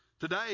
Today